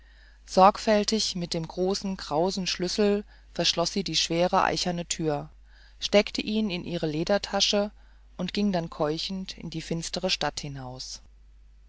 sorgfältig mit dem großen krausen schlüssel verschloß sie die schwere eichene tür steckte ihn in ihre ledertasche und ging dann keuchend in die finstere stadt hinaus